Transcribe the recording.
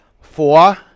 Four